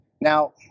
Now